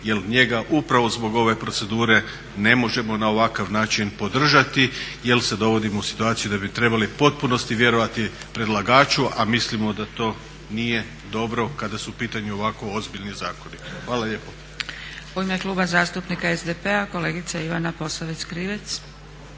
jer njega upravo zbog ove procedure ne možemo na ovakav način podržati jer se dovodimo u situaciju da bi trebali u potpunosti vjerovati predlagaču, a mislimo da to nije dobro kada su u pitanju ovako ozbiljni zakoni. Hvala lijepo.